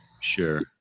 Sure